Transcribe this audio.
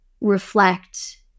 reflect